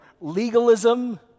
legalism